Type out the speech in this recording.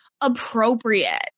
appropriate